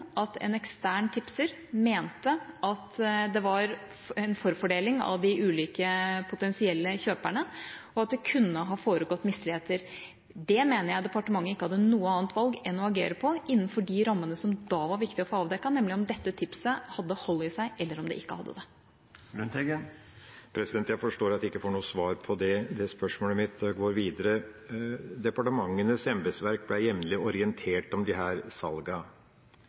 at en ekstern tipser mente at det var en forfordeling av de ulike potensielle kjøperne, og at det kunne ha foregått misligheter. Det mener jeg departementet ikke hadde noe annet valg enn å agere på, innenfor de rammene som da var viktig å få avdekket, nemlig om dette tipset hadde hold i seg, eller om det ikke hadde det. Jeg forstår at jeg ikke får noe svar på det spørsmålet mitt. Jeg går videre. Departementenes embetsverk ble jevnlig orientert om